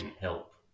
help